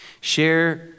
Share